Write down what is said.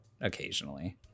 occasionally